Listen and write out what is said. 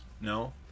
No